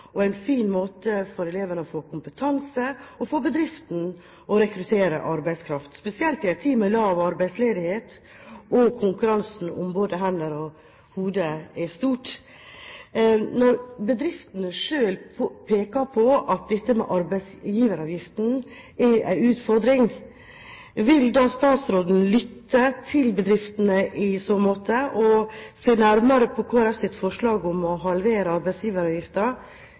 en fin måte for elevene å få kompetanse på og for bedriften til å rekruttere arbeidskraft, spesielt i en tid med lav arbeidsledighet, der konkurransen om både hender og hoder er stor. Når bedriftene selv peker på at dette med arbeidsgiveravgiften er en utfordring, vil da statsråden lytte til bedriftene i så måte og se nærmere på Kristelig Folkepartis forslag om å halvere